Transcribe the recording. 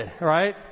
right